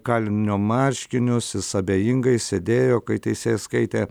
kalinio marškinius jis abejingai sėdėjo kai teisėjas skaitė